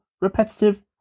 repetitive